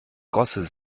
gosse